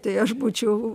tai aš būčiau